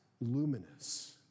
luminous